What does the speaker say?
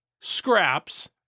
scraps